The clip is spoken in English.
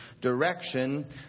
direction